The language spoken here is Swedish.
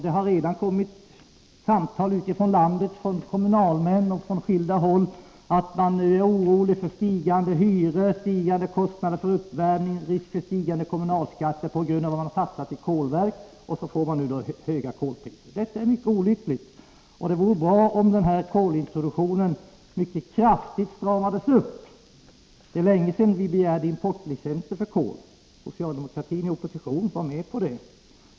Det har redan kommit samtal från skilda håll i landet, bl.a. från kommunalmän, som meddelar att de är oroliga för stigande hyror, stigande kostnader för uppvärmning och risk för stigande kommunalskatter på grund av satsningen på kolverk. Till detta kommer nu också höga kolpriser. Detta är mycket olyckligt. Det vore bra om kolintroduktionen mycket kraftigt stramades upp. Det är länge sedan vi begärde importlicenser för kol. Socialdemokratin i opposition var med på det.